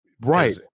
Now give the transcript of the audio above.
Right